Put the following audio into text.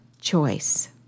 choice